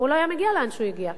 הוא לא היה מגיע לאן שהגיע.